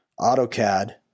AutoCAD